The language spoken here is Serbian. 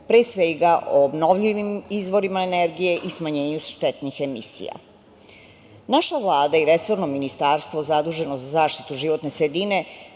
pre svega o obnovljivim izvorima energije i smanjenju štetnih emisija. Naša Vlada i resorno ministarstvo zaduženo za zaštitu životne sredine